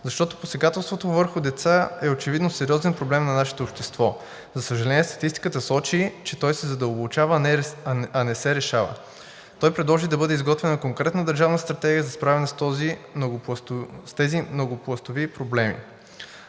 защото посегателството върху деца е очевидно сериозен проблем на нашето общество. За съжаление, статистиката сочи, че той се задълбочава, а не се решава. Той предложи да бъде изготвена конкретна държавна стратегия за справяне с тези многопластови проблеми.